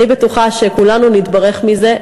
אני בטוחה שכולנו נתברך מזה,